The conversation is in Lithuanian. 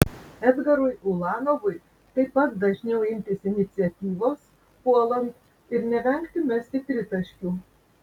edgarui ulanovui taip pat dažniau imtis iniciatyvos puolant ir nevengti mesti tritaškių